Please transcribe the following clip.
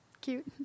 Cute